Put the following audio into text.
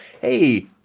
Hey